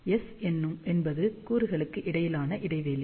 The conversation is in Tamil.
எஸ் என்பது கூறுகளுக்கு இடையிலான இடைவெளி